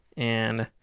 and